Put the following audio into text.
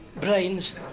brains